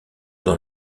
dans